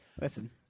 Listen